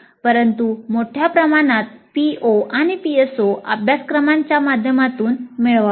परंतु मोठ्या प्रमाणात PO आणि PSOअभ्यासक्रमांच्या माध्यमातून मिळवावेत